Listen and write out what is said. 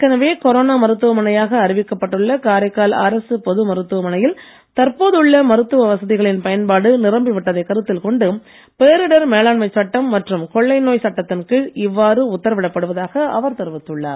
ஏற்களவே கொரோனா மருத்துவமனையாக அறிவிக்கப்பட்டுள்ள காரைக்கால் அரசுப் பொது மருத்துவமனையில் தற்போதுள்ள மருத்துவ வசதிகளின் பயன்பாடு நிரம்பி விட்டதை கருத்தில் கொண்டு பேரிடர் மேலாண்மை சட்டம் மற்றும் கொள்ளை நோய் சட்டத்தின் கீழ் இவ்வாறு உத்தரவிடப்படுவதாக அவர் தெரிவித்துள்ளார்